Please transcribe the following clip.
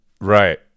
right